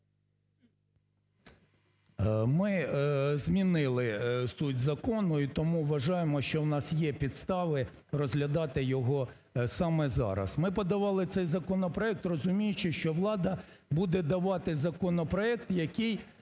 Ми змінили суть закону і тому вважаємо, що у нас є підстави розглядати його саме зараз. Ми подавали цей законопроект, розуміючи, що влада буде давати законопроект, який